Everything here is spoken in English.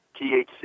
THC